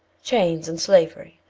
chains and slavery.